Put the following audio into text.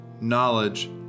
knowledge